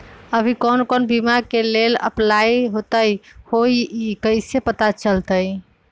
अभी कौन कौन बीमा के लेल अपलाइ होईत हई ई कईसे पता चलतई?